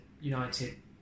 United